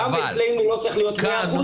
גם אצלנו לא צריך להיות 100%,